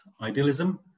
idealism